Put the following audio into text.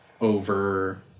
over